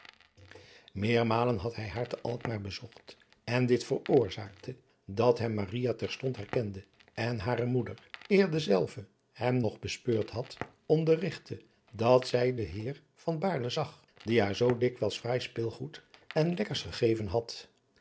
meermalen had hij haar te alkmaar bezocht en dit veroorzaakte dat hem maria terstond herkende en hare moeder eer dezelve hem nog bespeurd had onderrigtte dat zij d en heer van baerle zag die haar zoo dikwijls fraai speelgoed en lekkers gegeven had